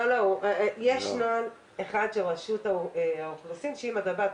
יש נוהל של רשות האוכלוסין שאם אתה בא,